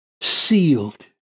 sealed